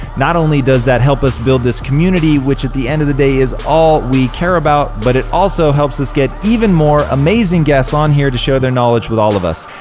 not only does that help us build this community which at the end of the day is all we care about, but it also helps us get even more amazing guests on here to share their knowledge with all of us.